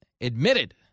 admitted